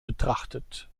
betrachtet